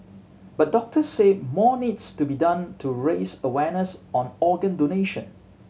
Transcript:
but doctors say more needs to be done to raise awareness on organ donation